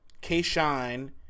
K-Shine